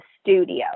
studio